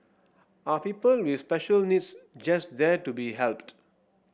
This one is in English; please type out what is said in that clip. are people with special needs just there to be helped